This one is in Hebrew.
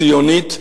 ציונית,